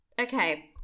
okay